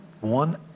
One